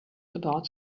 about